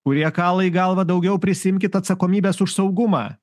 kurie kala į galvą daugiau prisiimkit atsakomybės už saugumą